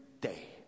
day